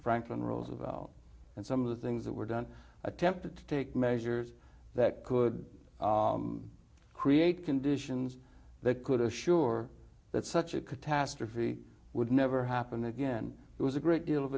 franklin roosevelt and some of the things that were done attempted to take measures that could create conditions that could assure that such a catastrophe would never happen again it was a great deal of